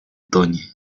doni